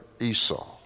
Esau